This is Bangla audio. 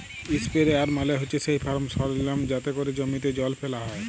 ইসপেরেয়ার মালে হছে সেই ফার্ম সরলজাম যাতে ক্যরে জমিতে জল ফ্যালা হ্যয়